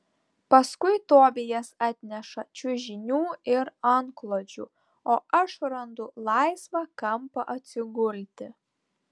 paskui tobijas atneša čiužinių ir antklodžių o aš randu laisvą kampą atsigulti